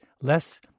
less